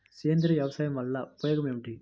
సేంద్రీయ వ్యవసాయం వల్ల ఉపయోగం ఏమిటి?